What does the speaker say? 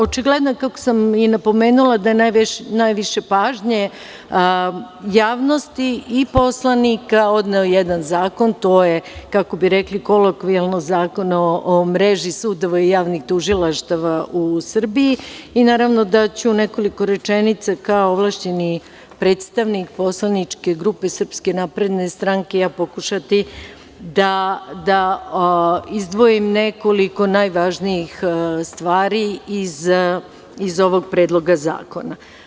Očigledno, kako sam i napomenula, da je najviše pažnje javnosti i poslanika odneo jedan zakon, a to je, kako bi rekli kolokvijalno, Zakon o mreži sudova i javnih tužilaštava u Srbiji i naravno da ću u nekoliko rečenica kao ovlašćeni predstavnik poslaničke grupe SNS pokušati da izdvojim nekoliko najvažnijih stvari iz ovog predloga zakona.